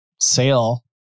sale